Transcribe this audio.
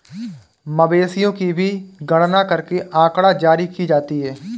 मवेशियों की भी गणना करके आँकड़ा जारी की जाती है